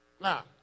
Now